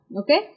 okay